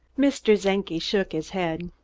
mr. czenki shook his head.